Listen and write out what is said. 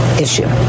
issue